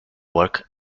work